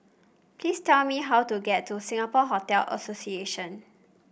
please tell me how to get to Singapore Hotel Association